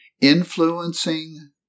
influencing